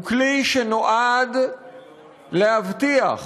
הוא כלי שנועד להבטיח